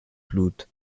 blut